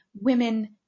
women